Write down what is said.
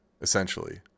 essentially